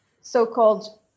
so-called